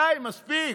די, מספיק.